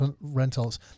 rentals